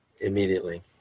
immediately